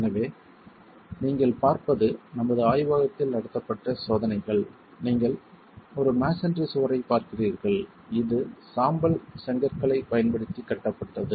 எனவே நீங்கள் பார்ப்பது நமது ஆய்வகத்தில் நடத்தப்பட்ட சோதனைகள் நீங்கள் ஒரு மஸோன்றி சுவர் ஐ பார்க்கிறீர்கள் இது சாம்பல் செங்கற்களைப் பயன்படுத்தி கட்டப்பட்டது